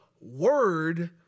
word